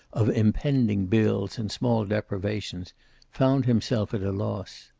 of impending bills and small deprivations found himself at a loss.